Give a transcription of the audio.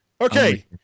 Okay